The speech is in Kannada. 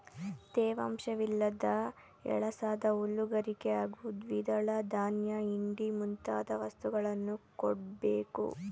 ತೇವಾಂಶವಿಲ್ಲದ ಎಳಸಾದ ಹುಲ್ಲು ಗರಿಕೆ ಹಾಗೂ ದ್ವಿದಳ ಧಾನ್ಯ ಹಿಂಡಿ ಮುಂತಾದ ವಸ್ತುಗಳನ್ನು ಕೊಡ್ಬೇಕು